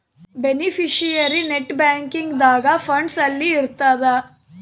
beneficiary net banking ದಾಗ funds ಅಲ್ಲಿ ಇರ್ತದ